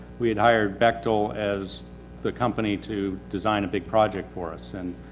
we had hired bechtel as the company to design a big project for us. and